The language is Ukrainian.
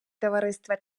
товариства